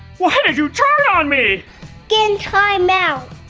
why did you turn on me? get in time out!